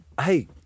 Hey